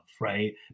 right